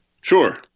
Sure